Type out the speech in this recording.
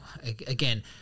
Again